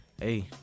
hey